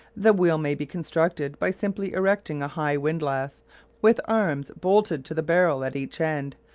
the wheel may be constructed by simply erecting a high windlass with arms bolted to the barrel at each end,